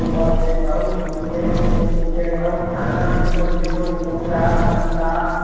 बस्ने ठाउँ सुत्ने ठाउँ सुत्ने ठाउँ खाना मिठो मिठो कुखुरा अन्डा